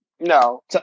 No